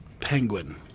Penguin